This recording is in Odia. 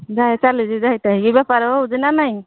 ଯାଇ ଚାଲିଛି ଯାହିତାହିକି ବେପାର ହେଉଛି ନା ନାଇଁ